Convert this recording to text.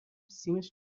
سیمش